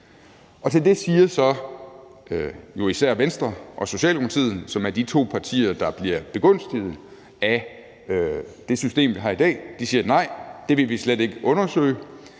Til det siger så især Venstre og Socialdemokratiet, som er de to partier, der bliver begunstiget af det system, vi har i dag: Nej, det vil vi slet ikke undersøge.